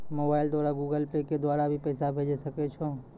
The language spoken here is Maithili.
मोबाइल द्वारा गूगल पे के द्वारा भी पैसा भेजै सकै छौ?